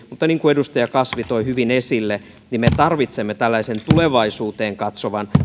mutta niin kuin edustaja kasvi toi hyvin esille me tarvitsemme tällaisen tulevaisuuteen katsovan